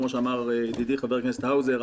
כמו שאמר ידידי חבר הכנסת האוזר,